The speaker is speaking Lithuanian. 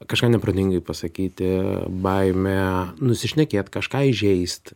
kažką neprotingai pasakyti baimė nusišnekėt kažką įžeist